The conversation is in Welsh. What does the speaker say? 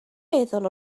meddwl